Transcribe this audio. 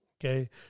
Okay